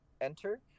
enter